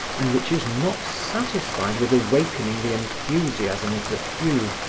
and which is not satisfied with awakening the enthusiasm of the few,